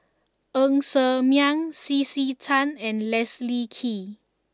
Ng Ser Miang C C Tan and Leslie Kee